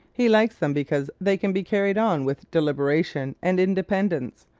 he likes them because they can be carried on with deliberation and independence.